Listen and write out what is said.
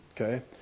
okay